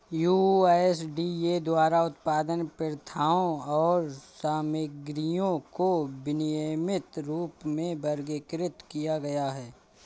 USDA द्वारा उत्पादन प्रथाओं और सामग्रियों को विनियमित रूप में वर्गीकृत किया गया है